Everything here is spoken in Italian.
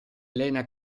lena